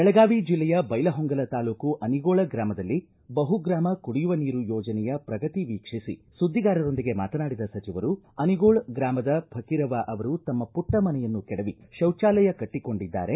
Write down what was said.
ಬೆಳಗಾವಿ ಜಿಲ್ಲೆಯ ಬೈಲಹೊಂಗಲ ತಾಲೂಕು ಅನಿಗೋಳ ಗ್ರಾಮದಲ್ಲಿ ಬಹುಗ್ರಾಮ ಕುಡಿಯುವ ನೀರು ಯೋಜನೆಯ ಪ್ರಗತಿ ವೀಕ್ಷಿಸಿ ಸುದ್ವಿಗಾರರೊಂದಿಗೆ ಮಾತನಾಡಿದ ಸಚಿವರು ಅನಿಗೋಳ ಗ್ರಾಮದ ಫಕ್ಕೀರವ್ವ ಅವರು ತಮ್ಮ ಮಟ್ಟ ಮನೆಯನ್ನು ಕೆಡವಿ ತೌಜಾಲಯ ಕಟ್ಟಿಕೊಂಡಿದ್ದಾರೆ